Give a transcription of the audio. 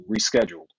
rescheduled